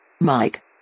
Mike